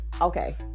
Okay